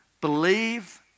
Believe